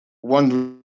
one